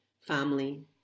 family